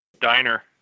Diner